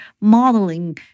modeling